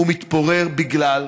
הוא מתפורר בגלל,